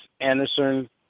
Anderson